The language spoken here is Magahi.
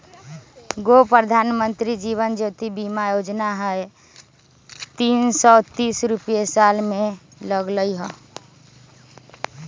गो प्रधानमंत्री जीवन ज्योति बीमा योजना है तीन सौ तीस रुपए साल में लगहई?